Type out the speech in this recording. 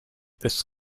this